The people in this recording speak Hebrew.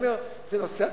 זה נוסע,